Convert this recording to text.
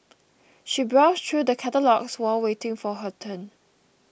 she browsed through the catalogues while waiting for her turn